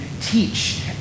teach